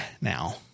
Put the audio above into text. now